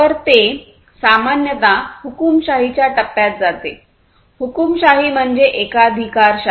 तर हे सामान्यत हुकूमशाहीच्या टप्प्यात जाते हुकूमशाही म्हणजे एकाधिकारशाही